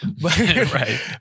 Right